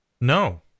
No